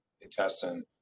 intestine